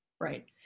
right